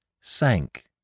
sank